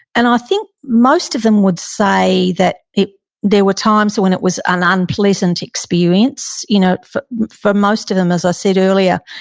and i think most of them would say that there were times so when it was an unpleasant experience. you know for for most of them, as i said earlier,